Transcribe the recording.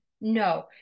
No